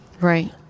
Right